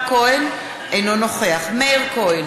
אינו נוכח מאיר כהן,